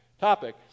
topic